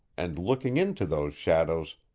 and looking into those shadows,